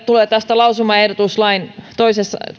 tulee tästä lausumaehdotus lain